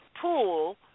pool